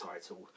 title